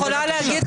אין בעיה, בבקשה.